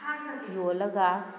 ꯌꯣꯜꯂꯒ